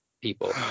people